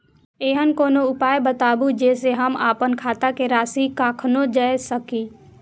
ऐहन कोनो उपाय बताबु जै से हम आपन खाता के राशी कखनो जै सकी?